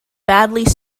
badly